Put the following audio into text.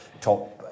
top